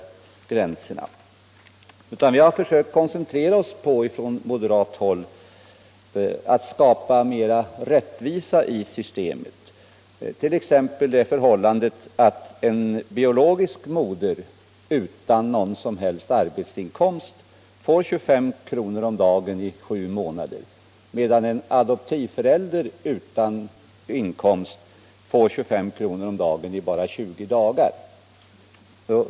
Vi har från moderat håll försökt koncentrera oss på att skapa mera rättvisa i systemet. Ta t.ex. det förhållandet att en biologisk moder utan någon som helst arbetsinkomst får 25 kr. om dagen under sju månader, medan en adoptivförälder utan inkomst får 25 kr. om dagen i bara 20 dagar.